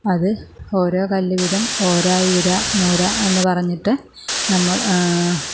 അത് ഓരോ കല്ലു വീതം ഒരായിര മുര എന്നു പറഞ്ഞിട്ട് നമ്മൾ